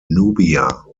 nubia